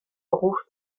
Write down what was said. beruf